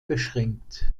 beschränkt